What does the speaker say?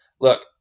look